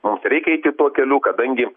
mums reikia eiti tuo keliu kadangi